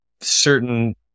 certain